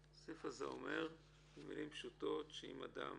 הסעיף הזה אומר במילים פשוטות שאם אדם